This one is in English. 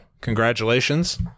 Congratulations